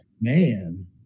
man